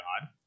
god